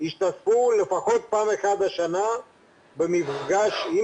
השתתפו לפחות פעם אחת השנה במפגש עם